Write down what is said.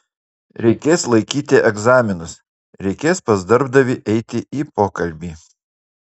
reikės laikyti egzaminus reikės pas darbdavį eiti į pokalbį